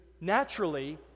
naturally